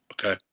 Okay